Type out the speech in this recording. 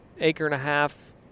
acre-and-a-half